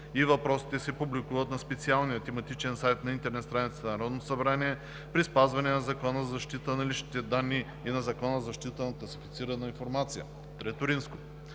и въпросите се публикуват на специализирания тематичен сайт на интернет страницата на Народното събрание при спазване на Закона за защита на личните данни и на Закона за защита на класифицираната информация. III.